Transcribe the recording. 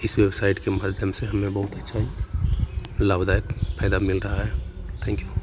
इस वेबसाइट के माध्यम से हमें बहुत अच्छा लाभदायक फायदा मिल रहा है थैंक यू